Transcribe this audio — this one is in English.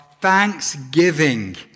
thanksgiving